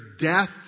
death